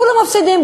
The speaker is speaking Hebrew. כולם מפסידים,